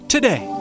Today